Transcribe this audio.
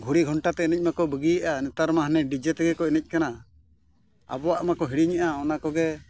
ᱜᱷᱩᱲᱤ ᱜᱷᱚᱱᱴᱟ ᱛᱮ ᱮᱱᱮᱡ ᱢᱟᱠᱚ ᱵᱟᱹᱜᱤᱭᱮᱫᱼᱟ ᱱᱮᱛᱟᱨ ᱢᱟ ᱦᱟᱱᱮ ᱛᱮᱜᱮ ᱠᱚ ᱮᱱᱮᱡ ᱠᱟᱱᱟ ᱟᱵᱚᱣᱟᱜ ᱢᱟᱠᱚ ᱦᱤᱲᱤᱧᱮᱫᱼᱟ ᱚᱱᱟ ᱠᱚᱜᱮ